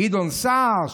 גדעון סער?